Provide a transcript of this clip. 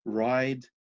ride